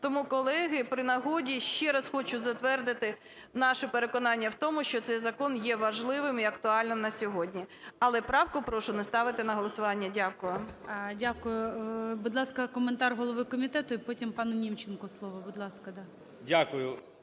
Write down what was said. Тому, колеги, при нагоді ще раз хочу затвердити наше переконання в тому, що цей закон є важливим і актуальним на сьогодні. Але правку прошу не ставити на голосування. Дякую. ГОЛОВУЮЧИЙ. Дякую. Будь ласка, коментар голови комітету і потім пану Німченку слово. Будь